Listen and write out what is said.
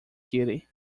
kitty